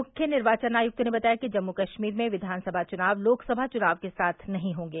मुख्य निर्वाचन आयुक्त ने बताया कि जम्मू कश्मीर में विधानसभा चुनाव लोकसभा चुनाव के साथ नहीं होंगे